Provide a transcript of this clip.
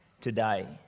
today